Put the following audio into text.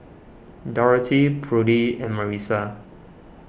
Dorothy Prudie and Marissa